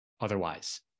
otherwise